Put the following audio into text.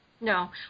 No